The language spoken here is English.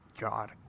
god